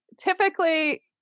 typically